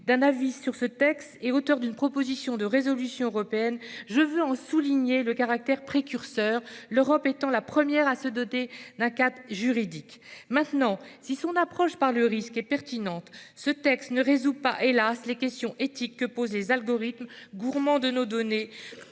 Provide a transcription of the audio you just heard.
et coauteure à ce titre d'une proposition de résolution européenne, je veux en souligner le caractère précurseur, l'Europe étant la première à se doter d'un cadre juridique en la matière. Cependant, si son approche par le risque est pertinente, cette proposition de règlement ne résout pas, hélas, les questions éthiques que posent les algorithmes gourmands de nos données